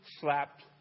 slapped